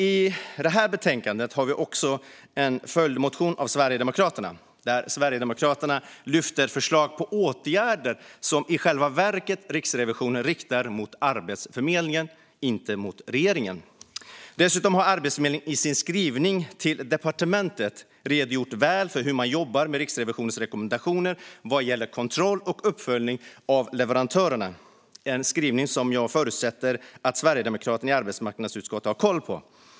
I det här betänkandet har vi också en följdmotion av Sverigedemokraterna, där Sverigedemokraterna lyfter fram förslag till åtgärder som Riksrevisionen i själva verket riktar mot Arbetsförmedlingen och inte mot regeringen. Dessutom har Arbetsförmedlingen i sin skrivning till departementet redogjort väl för hur man jobbar med Riksrevisionens rekommendationer vad gäller kontroll och uppföljning av leverantörerna. Det är en skrivning som jag förutsätter att sverigedemokraterna i arbetsmarknadsutskottet har koll på.